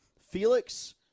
Felix